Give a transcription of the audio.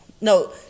no